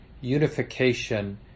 unification